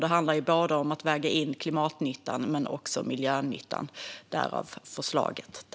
Det handlar om att väga in både klimatnyttan och miljönyttan, därav förslaget.